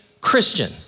Christian